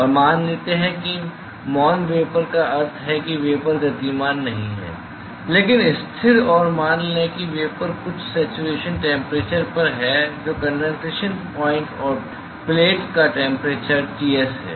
और मान लेते हैं कि मौन वेपर का अर्थ है कि वेपर गतिमान नहीं हैं क्योंकि स्थिर और मान लें कि वेपर कुछ सेच्युरेशन टैम्परेचर पर है जो कंडेंसेशन पाॅइंट है और प्लेट का टैम्परेचर Ts है